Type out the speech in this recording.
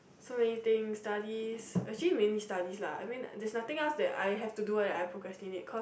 so many things studies actually mainly studies lah I mean there is nothing else that I have to do when I procrastinate because